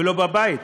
ולא בבית.